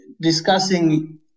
discussing